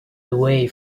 away